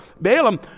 Balaam